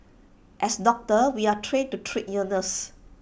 as doctors we are trained to treat illness